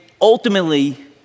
ultimately